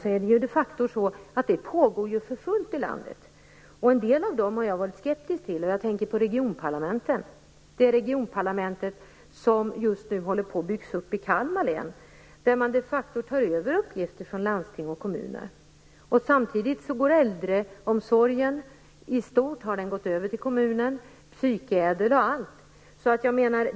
Men det är ju något som de facto pågår för fullt i landet. En del av dem har jag varit skeptisk till. Jag tänker på regionparlamenten - på det regionparlament som just nu byggs upp i Kalmar län. Där tar man de facto över uppgifter från landsting och kommuner. Samtidigt har äldreomsorgen i stort gått över till kommunen, med psykädel och allt.